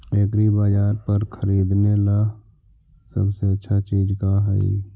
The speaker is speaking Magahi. एग्रीबाजार पर खरीदने ला सबसे अच्छा चीज का हई?